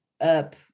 up